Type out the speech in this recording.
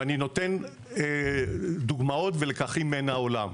ואני נותן דוגמאות ולקחים מן העולם.